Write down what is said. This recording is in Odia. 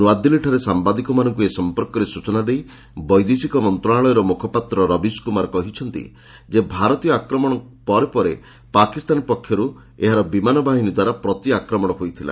ନୂଆଦିଲ୍ଲୀଠାରେ ସାମ୍ବାଦିକମାନଙ୍କୁ ଏ ସଂପର୍କରେ ସ୍ବଚନା ଦେଇ ବୈଦେଶିକ ମନ୍ତ୍ରଣାଳୟର ମୁଖପାତ୍ର ରବିଶ କୁମାର କହିଛନ୍ତି ଯେ ଭାରତୀୟ ଆକ୍ରମଣ ପରେ ପରେ ପାକିସ୍ତାନ ପକ୍ଷରୁ ଏହାର ବିମାନ ବାହିନୀ ଦ୍ୱାରା ପ୍ରତିଆକ୍ରମଣ ହୋଇଥିଲା